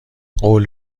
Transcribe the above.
قول